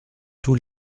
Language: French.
tous